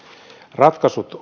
ratkaisut